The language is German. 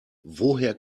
woher